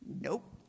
nope